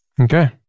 Okay